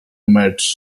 mertz